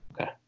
Okay